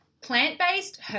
plant-based